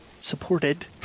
supported